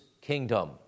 kingdom